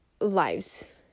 lives